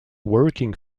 working